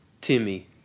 Timmy